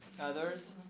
Others